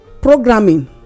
programming